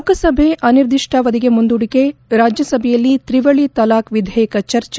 ಲೋಕಸಭೆ ಅನಿರ್ದಿಷ್ಣಾವಧಿಗೆ ಮುಂದೂಡಿಕೆ ರಾಜ್ಜಸಭೆಯಲ್ಲಿ ತ್ರಿವಳಿ ತಲಾಖ್ ವಿಧೇಯಕ ಚರ್ಚೆ